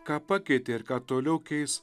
ką pakeitė ir ką toliau keis